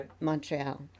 Montreal